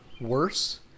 worse